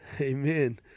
Amen